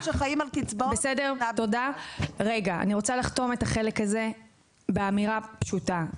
אני רוצה לחתום את החלק הזה באמירה פשוטה: